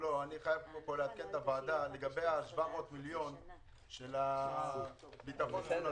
אני חייב לעדכן את הוועדה לגבי ה-700 מיליון של ביטחון תזונתי.